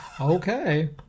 Okay